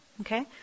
okay